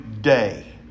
day